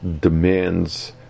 demands